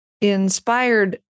inspired